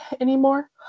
anymore